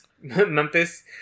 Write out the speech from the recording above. Memphis